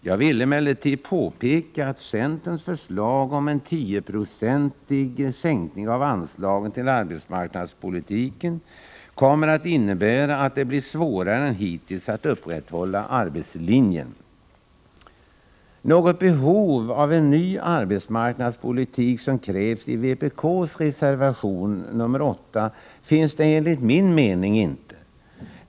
Jag vill emellertid påpeka att centerns förslag om en tioprocentig sänkning av anslagen till arbetsmarknadspolitiken kommer att innebära att det blir svårare än hittills att upprätthålla arbetslinjen. Något behov av en ny arbetsmarknadspolitik, vilket krävs i vpk:s reservation nr 8, finns inte enligt min mening.